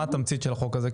מה התמצית של החוק הזה?